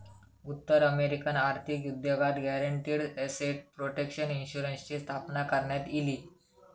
उत्तर अमेरिकन आर्थिक उद्योगात गॅरंटीड एसेट प्रोटेक्शन इन्शुरन्सची स्थापना करण्यात इली